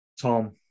tom